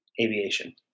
aviation